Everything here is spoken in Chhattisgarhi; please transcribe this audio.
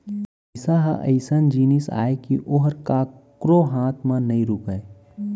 पइसा ह अइसन जिनिस अय कि ओहर कोकरो हाथ म नइ रूकय